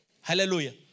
Hallelujah